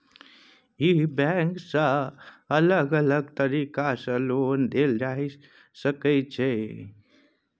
ई bank सँ अलग अलग तरीका सँ लोन देल जाए सकै छै